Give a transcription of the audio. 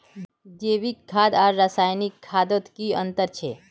जैविक खाद आर रासायनिक खादोत की अंतर छे?